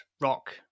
rock